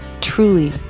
truly